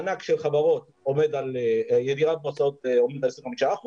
מענק של חברות עובד על ירידה בהוצאות של 25%